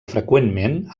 freqüentment